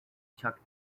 chuck